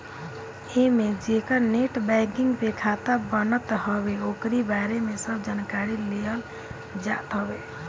एमे जेकर net banking पे खाता बनत हवे ओकरी बारे में सब जानकारी लेहल जात हवे